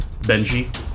Benji